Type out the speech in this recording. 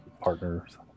Partners